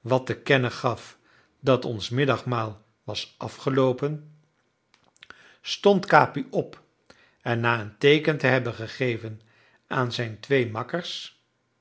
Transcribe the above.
wat te kennen gaf dat ons middagmaal was afgeloopen stond capi op en na een teeken te hebben gegeven aan zijn twee makkers